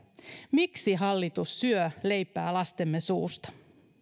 miksi hallitus syö leipää lastemme suusta